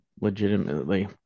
legitimately